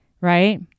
right